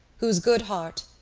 whose good heart,